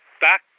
back